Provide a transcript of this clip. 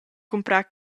cumprar